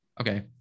Okay